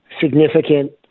significant